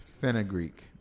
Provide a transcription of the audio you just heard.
Fenugreek